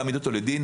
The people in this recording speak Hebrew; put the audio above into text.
לדין,